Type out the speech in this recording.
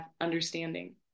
understanding